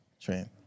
train